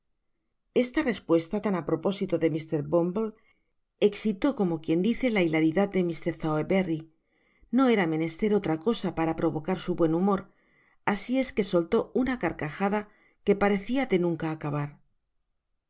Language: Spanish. esta respuesta tan ápropósito de mr bumble exitó como quien dice la hilaridad de mr sowerberry no era menester otra cosa para provocar su buen humor asi es que soltó una carcajada que parecia de nunca acabar